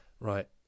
Right